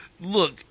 look